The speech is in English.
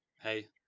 hey